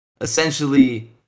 essentially